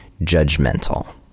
judgmental